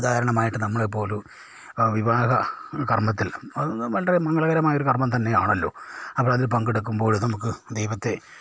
ഉദാഹരണമായിട്ട് നമ്മൾ ഇപ്പോൾ ഒരു വിവാഹ കർമ്മത്തിൽ അത് വളരെ മംഗളകരമായൊരു കർമ്മം തന്നെയാണല്ലോ നമ്മൾ അതിൽ പങ്കെടുക്കുമ്പോൾ നമുക്ക് ദൈവത്തെ